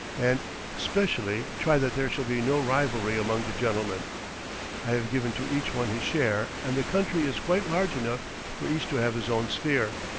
and specially try that there shall be no rivalry among the gentlemen i have given to each one his share and the country is quite large enough for each to have his own sphere.